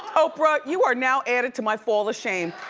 oprah, you are now added to my fall of shame.